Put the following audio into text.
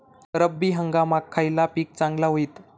रब्बी हंगामाक खयला पीक चांगला होईत?